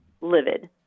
livid